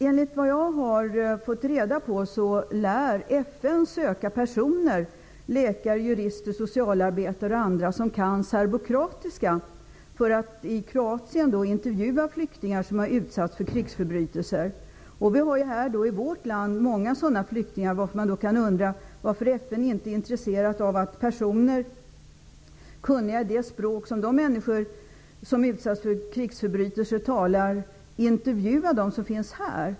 Enligt vad jag har fått reda på lär FN söka personer -- läkare, jurister och socialarbetare -- som kan serbokroatiska för att i Kroatien intervjua flyktingar som har utsatts för krigsförbrytelser. Vi har i vårt land många sådana flyktingar. Man kan undra varför FN inte är intresserat av att här intervjua personer, kunniga i det språk som människor som har utsatts för krigsförbrytelser talar.